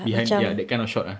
behind ya that kind of shot ah